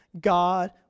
god